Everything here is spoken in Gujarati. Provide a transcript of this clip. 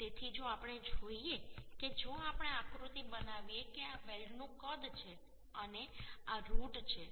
તેથી જો આપણે જોઈએ કે જો આપણે આકૃતિ બનાવીએ કે આ વેલ્ડનું કદ છે અને આ આ રુટ છે